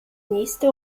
nächste